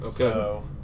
Okay